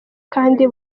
kandi